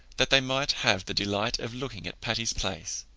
that they might have the delight of looking at patty's place.